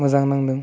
मोजां नांदों